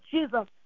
Jesus